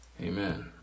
Amen